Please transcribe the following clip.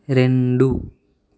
రెండు